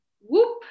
whoop